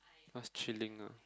what's chilling ah